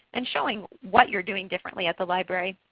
and showing what you're doing differently at the library.